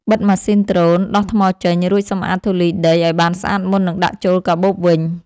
បិទម៉ាស៊ីនដ្រូន ដោះថ្មចេញ រួចសម្អាតធូលីដីឱ្យបានស្អាតមុននឹងដាក់ចូលកាបូបវិញ។